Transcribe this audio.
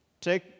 take